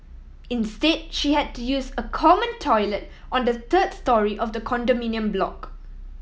instead she had to use a common toilet on the third storey of the condominium block